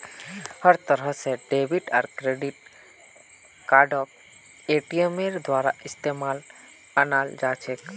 हर तरह से डेबिट आर क्रेडिट कार्डक एटीएमेर द्वारा इस्तेमालत अनाल जा छे